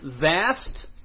Vast